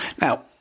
Now